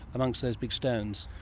amongst those big stones?